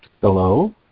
Hello